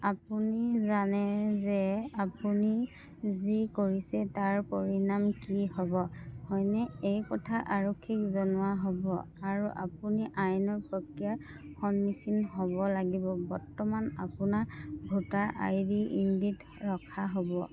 আপুনি জানে যে আপুনি যি কৰিছে তাৰ পৰিণাম কি হ'ব হয়নে এই কথা আৰক্ষীক জনোৱা হ'ব আৰু আপুনি আইনী প্ৰক্ৰিয়াৰ সন্মুখীন হ'ব লাগিব বৰ্তমান আপোনাৰ ভোটাৰ আই ডি ইন ডিড ৰখা হ'ব